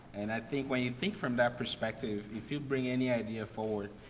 and i think when you think from that perspective, if you bring any idea forward,